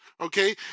Okay